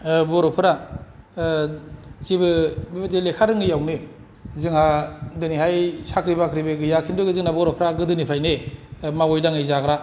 बर'फोरा जेबो लेखा रोङैआवनो जोंहा दिनैहाय साख्रि बाख्रिबो गैया खिनथु जोंना बर'फ्रा गोदोनिफ्रायनो मावङै दाङै जाग्रा